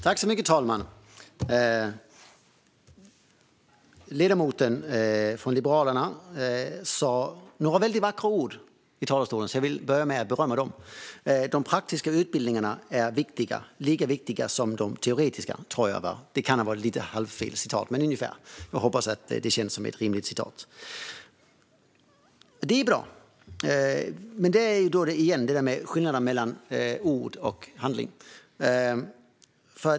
Herr talman! Ledamoten från Liberalerna sa några vackra ord i talarstolen, och jag vill börja med att berömma dem. De praktiska utbildningarna är lika viktiga som de teoretiska. Jag hoppas att det kändes som ett rimligt citat. Det är bra. Men återigen handlar det om skillnaden mellan ord och handling.